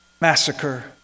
massacre